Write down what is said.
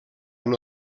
amb